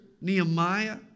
Nehemiah